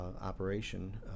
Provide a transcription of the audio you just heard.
operation